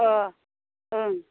अह ओं